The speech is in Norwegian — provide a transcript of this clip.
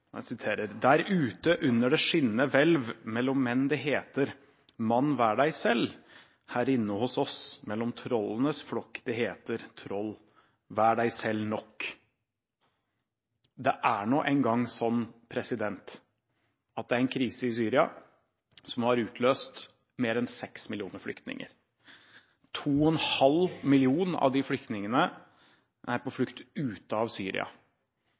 Jeg har lyst til å sitere Ibsen for representanten Keshvari: Der ute, under det skinnende hvelv, mellem menn det heter: «Mann, vær deg selv!» Her inne hos oss mellem trollenes flokk det heter: «Troll, vær deg selv – nok!» Det er nå engang slik at det er en krise i Syria som har utløst mer enn 6 millioner flyktninger, og 2,5 millioner av de flyktningene er på flukt ute av Syria.